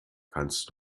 kannst